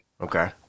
Okay